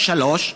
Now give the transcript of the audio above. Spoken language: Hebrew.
3,